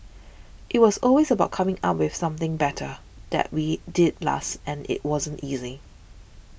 it was always about coming up with something better that we did last and it wasn't easy